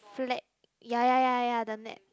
flag ya ya ya the net